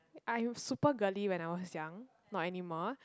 I'm super girly when I was young not aymore